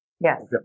yes